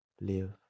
live